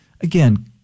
again